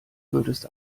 würdest